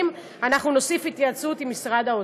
אנחנו נוסיף התייעצות עם משרד האוצר.